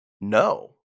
no